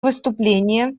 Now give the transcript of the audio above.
выступление